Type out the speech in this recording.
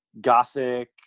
gothic